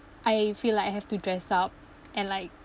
I feel like I have to dress up and like